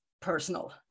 personal